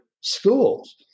schools